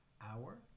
Hour